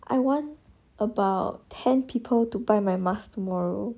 I want about ten people to buy my mask tomorrow